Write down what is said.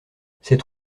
cette